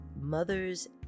mothers